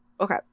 Okay